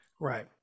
Right